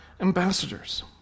ambassadors